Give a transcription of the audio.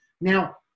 Now